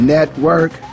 Network